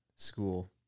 School